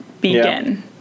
begin